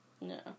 no